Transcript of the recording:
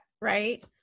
right